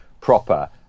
proper